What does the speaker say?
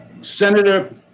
Senator